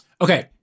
okay